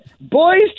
boys